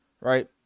right